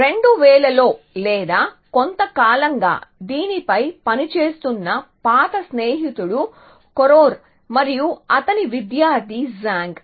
2000 లో లేదా కొంతకాలంగా దీనిపై పనిచేస్తున్నపాత స్నేహితుడు కొరోర్ మరియు అతని విద్యార్థి జాంగ్